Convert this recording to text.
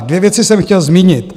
Dvě věci jsem chtěl zmínit.